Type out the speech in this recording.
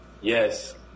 Yes